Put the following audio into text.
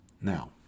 Now